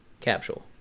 Capsule